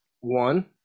one